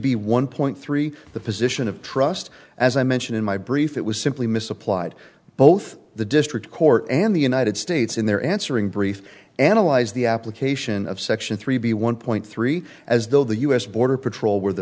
b one point three the position of trust as i mentioned in my brief it was simply misapplied both the district court and the united states in their answering brief analyze the application of section three b one point three as though the u s border patrol were the